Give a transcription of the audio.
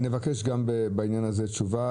נבקש גם בעניין הזה תשובה.